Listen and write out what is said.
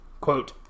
quote